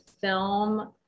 film